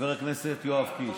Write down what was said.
חבר הכנסת יואב קיש,